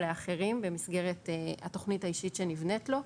לאחרים במסגרת התוכנית האישית שנבנית לו,